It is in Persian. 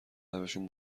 لبشون